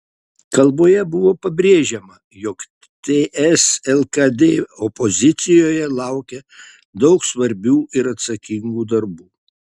kalboje buvo pabrėžiama jog ts lkd opozicijoje laukia daug svarbių ir atsakingų darbų